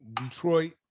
Detroit